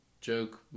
joke